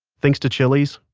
thanks to chili's,